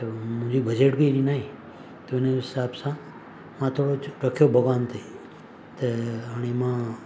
त मुंहिंजी बजट बि हेॾी न आहे त उन हिसाबु सां मां थोरो कुझु रखियो भॻवान ते त हाणे मां